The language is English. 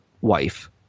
wife